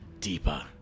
deeper